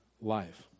life